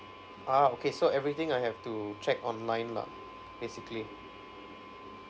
ah okay so everything I have to check online lah basically